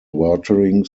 watering